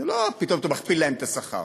זה לא פתאום אתה מכפיל להם את השכר.